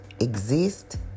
exist